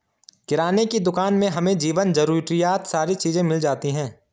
किराने की दुकान में हमें जीवन जरूरियात सारी चीज़े मिल जाती है